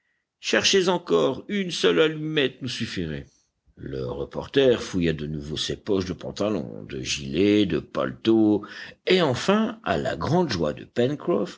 cherchez encore une seule allumette nous suffirait le reporter fouilla de nouveau ses poches de pantalon de gilet de paletot et enfin à la grande joie de